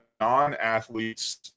non-athletes